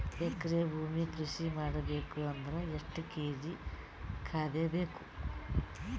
ಎಕರೆ ಭೂಮಿ ಕೃಷಿ ಮಾಡಬೇಕು ಅಂದ್ರ ಎಷ್ಟ ಕೇಜಿ ಖಾದ್ಯ ಬೇಕು?